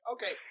Okay